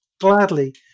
gladly